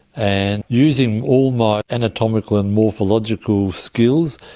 and using all my anatomical and morphological skills,